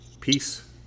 peace